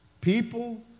People